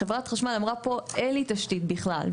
חברת חשמל אמרה פה: ״אין לי תשתית בכלל״.